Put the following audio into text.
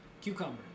cucumber